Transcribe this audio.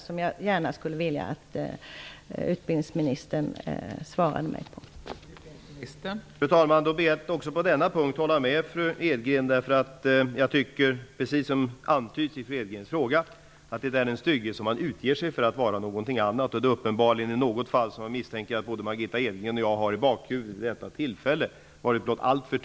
Men jag skulle alltså vilja att utbildningsministern redovisar sin syn på agenterna.